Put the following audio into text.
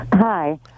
Hi